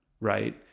right